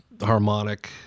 harmonic